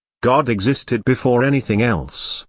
god existed before anything else,